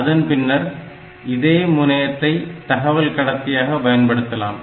அதன் பின்னர் இதே முனையத்தை தகவல் கடத்தியாக பயன்படுத்தலாம்